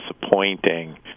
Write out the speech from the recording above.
disappointing